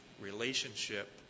relationship